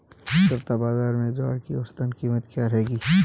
इस सप्ताह बाज़ार में ज्वार की औसतन कीमत क्या रहेगी?